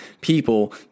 people